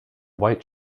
white